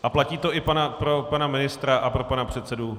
A platí to i pro pana ministra a pro pana předsedu.